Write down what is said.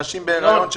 נשים בהיריון,